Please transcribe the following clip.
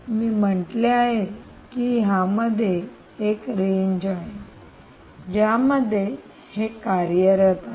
मी म्हटलं आहे की यामध्ये एक रेंज आहे ज्यामध्ये हे कार्यरत आहे